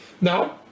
Now